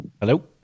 Hello